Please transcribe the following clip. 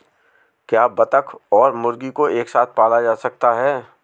क्या बत्तख और मुर्गी को एक साथ पाला जा सकता है?